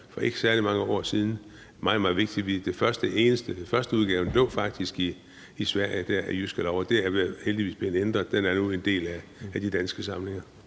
for ikke særlig mange år siden. Det var meget, meget vigtigt. Førsteudgaven af Jyske Lov lå faktisk i Sverige, og det er heldigvis blevet ændret, og den er nu en del af de danske samlinger.